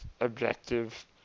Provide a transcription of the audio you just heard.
objective